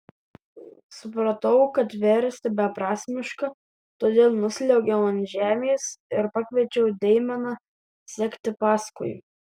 supratau kad versti beprasmiška todėl nusliuogiau ant žemės ir pakviečiau deimeną sekti paskui